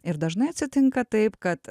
ir dažnai atsitinka taip kad